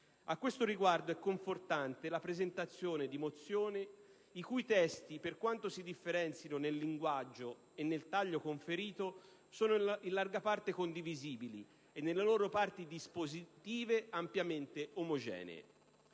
A questo riguardo è confortante la presentazione di mozioni i cui testi, per quanto si differenzino nel linguaggio e nel taglio conferito, sono in larga parte condivisibili e nelle loro parti dispositive ampiamente omogenee.